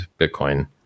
Bitcoin